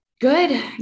Good